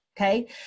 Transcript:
okay